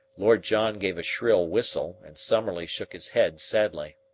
lord john gave a shrill whistle, and summerlee shook his head sadly.